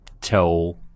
tell